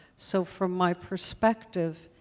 so from my perspective,